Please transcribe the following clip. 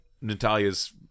natalia's